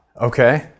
okay